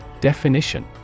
Definition